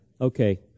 Okay